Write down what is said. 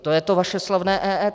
To je to vaše slavné EET.